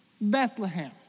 Bethlehem